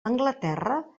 anglaterra